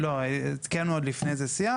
לא, קיימנו עוד לפני זה שיח.